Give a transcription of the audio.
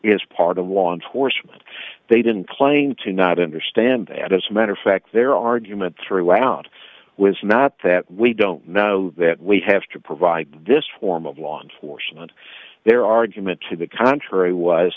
is part of law enforcement they didn't claim to not understand that as a matter of fact their argument throughout was not that we don't know that we have to provide this form of law enforcement their argument to the contrary was